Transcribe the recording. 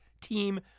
team